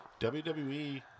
WWE